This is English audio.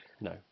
no